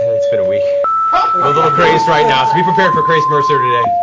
ah it's been a week. i'm a little crazed right now. so be prepared for crazed mercer today.